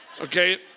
okay